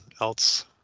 else